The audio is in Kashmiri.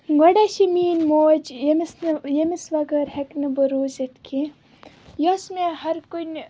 گۄڈَے چھِ میٛٲنۍ موج ییٚمِس نہٕ ییٚمِس وَغٲر ہٮ۪کہٕ نہٕ بہٕ روٗزِتھ کیٚنٛہہ یۄس مےٚ ہَرٕ کُنہِ